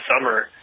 summer